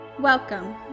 Welcome